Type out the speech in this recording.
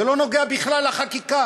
זה לא נוגע בכלל לחקיקה.